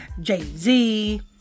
Jay-Z